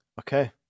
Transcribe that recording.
Okay